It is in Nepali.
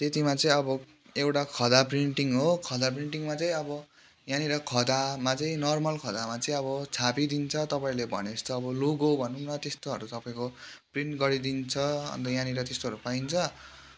त्यतिमा चाहिँ अब एउटा खदा प्रिन्टिङ हो खदा प्रिन्टिङमा चाहिँ अब यहाँनिर खदामा चाहिँ नर्मल खदामा चाहिँ अब छापिदिन्छ तपाईँहरूले भने जस्तो अब लोगो भनौँ न त्यस्तोहरू तपाईँको प्रिन्ट गरिदिन्छ अन्त यहाँनिर त्यस्तोहरू पाइन्छ